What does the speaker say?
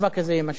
תודה, אדוני.